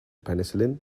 penicillin